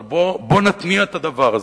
אבל בואו נתניע את הדבר הזה.